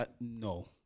No